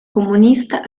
comunista